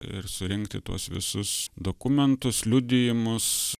ir surinkti tuos visus dokumentus liudijimus